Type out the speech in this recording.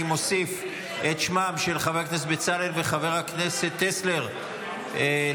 אני מוסיף את שמם של חבר הכנסת בצלאל וחבר הכנסת טסלר לפרוטוקול,